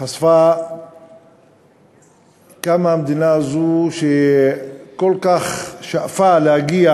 חשפה כמה המדינה הזאת, שכל כך שאפה להגיע